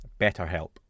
BetterHelp